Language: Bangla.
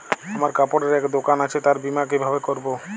আমার কাপড়ের এক দোকান আছে তার বীমা কিভাবে করবো?